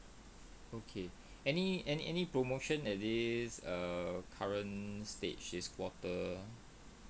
okay any any any promotion at this err current stage this quarter